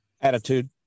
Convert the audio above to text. Attitude